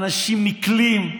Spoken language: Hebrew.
אנשים נקלים,